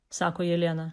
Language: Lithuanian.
sako jelena